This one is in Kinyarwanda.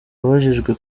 abajijwe